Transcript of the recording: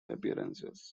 appearances